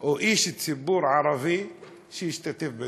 או איש ציבור ערבי שהשתתף בדיון,